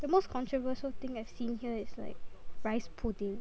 the most constroversial thing I've seen here is like rice pudding